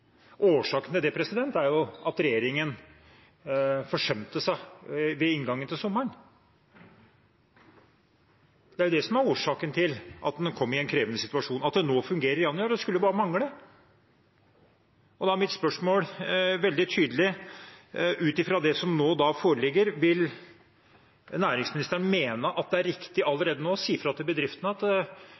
Årsaken til det er at regjeringen forsømte seg ved inngangen til sommeren. Det er det som er årsaken til at man kom i en krevende situasjon. At det nå fungerer i januar, skulle bare mangle. Da er mitt spørsmål veldig tydelig: Ut fra det som nå foreligger,